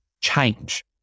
change